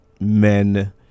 men